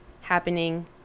happening